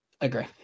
Agree